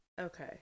Okay